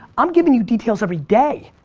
i'm giving you details every day.